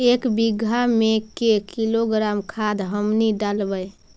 एक बीघा मे के किलोग्राम खाद हमनि डालबाय?